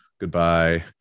Goodbye